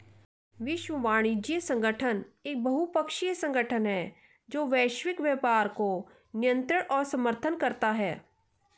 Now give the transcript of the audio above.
विश्व वाणिज्य संगठन एक बहुपक्षीय संगठन है जो वैश्विक व्यापार को नियंत्रित और समर्थन करता है